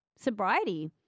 sobriety